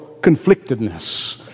conflictedness